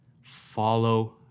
follow